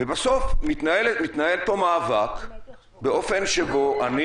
ובסוף מתנהל פה מאבק באופן שבו אני